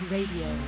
Radio